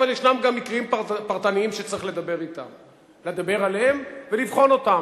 אבל ישנם גם מקרים פרטניים שצריך לדבר עליהם ולבחון אותם.